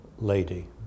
lady